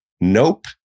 Nope